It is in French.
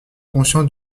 consciente